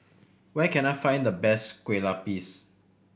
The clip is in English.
where can I find the best Kueh Lapis